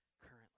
currently